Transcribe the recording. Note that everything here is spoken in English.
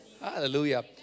Hallelujah